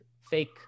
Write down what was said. fake